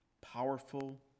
powerful